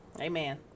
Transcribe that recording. Amen